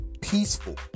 Peaceful